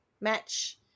Match